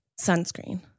sunscreen